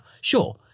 sure